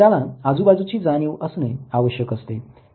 त्याला आजूबाजूची जाणीव असणे आवश्यक असते